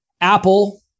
Apple